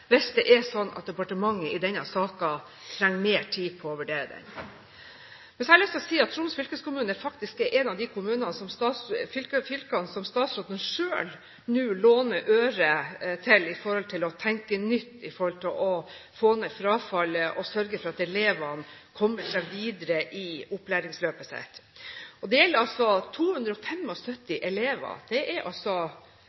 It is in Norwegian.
hvis det er sånn at departementet i denne saken trenger mer tid på å vurdere den. Så har jeg lyst til å si at Troms fylkeskommune faktisk er et av de fylkene som statsråden selv nå låner øre til med tanke på å tenke nytt når det gjelder å få ned frafallet og sørge for at elevene kommer seg videre i opplæringsløpet sitt. Det gjelder 275 elever, det er altså ti skoleklasser i studieforberedende sammenheng – så dette gjelder mange elever – og